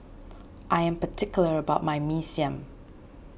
I am particular about my Mee Siam